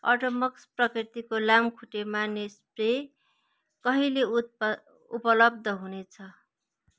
ओडोमस प्राकृतिक लामखुट्टे मार्ने स्प्रे कहिले उप उपलब्ध हुनेछ